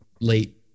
late